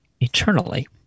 eternally